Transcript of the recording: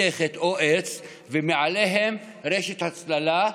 כי הציבור חכם,